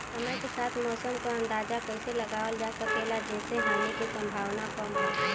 समय के साथ मौसम क अंदाजा कइसे लगावल जा सकेला जेसे हानि के सम्भावना कम हो?